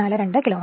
1042 kilowatt